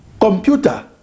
computer